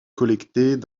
collectés